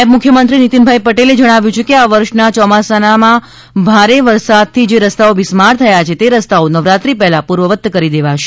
નાયબ મુખ્યમંત્રીશ્રી નીતિન પટેલે જણાવ્યું છે કે આ વર્ષના ચોમાસામાં ભારે વરસાદથી જે રસ્તાઓ બિસ્માર થયા છે તે રસ્તાઓ નવરાત્રી પહેલા પૂર્વવત કરી દેવાશે